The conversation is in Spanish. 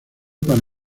para